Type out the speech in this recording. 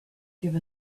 give